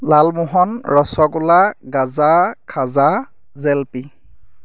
Lalmohan rasgulla gaja khaja jalebi